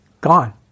Gone